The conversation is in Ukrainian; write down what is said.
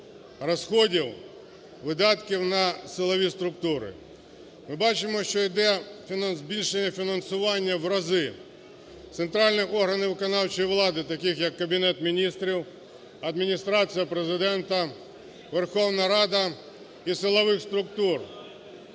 розходів, видатків на силові структури. Ми бачимо, що йде збільшення фінансування в рази центральних органів виконавчої влади, таких як Кабінет Міністрів, Адміністрація Президента, Верховна Рада і силових структур,